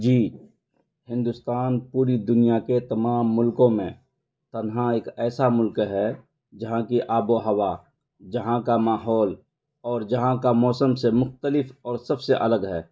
جی ہندوستان پوری دنیا کے تمام ملکوں میں تنہا ایک ایسا ملک ہے جہاں کی آب و ہوا جہاں کا ماحول اور جہاں کا موسم سے مختلف اور سب سے الگ ہے